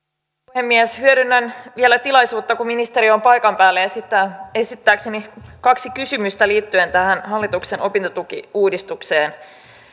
puhemies hyödynnän vielä tilaisuutta kun ministeri on paikan päällä esittääkseni kaksi kysymystä liittyen tähän hallituksen opintotukiuudistukseen